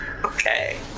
Okay